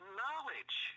knowledge